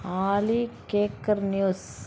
ஆலி கேக்கர் நியூஸ்